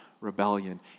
rebellion